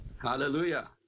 Hallelujah